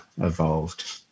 evolved